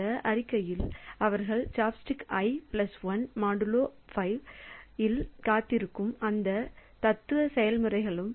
இந்த அறிக்கையில் அவர்கள் சாப்ஸ்டிக் ஐ பிளஸ் 1 மாடுலோ 5 இல் காத்திருக்கும் அனைத்து தத்துவ செயல்முறைகளும்